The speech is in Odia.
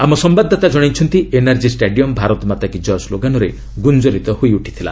ଆମ ସମ୍ଭାଦଦାତା ଜଣାଇଛନ୍ତି ଏନ୍ଆର୍ଜି ଷ୍ଟାଡିୟମ ଭାରତ ମାତା କି ଜୟ ସ୍କୋଗାନରେ ଗ୍ରଞ୍ଜରିତ ହୋଇ ଉଠିଥିଲା